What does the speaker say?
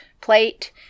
plate